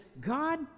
god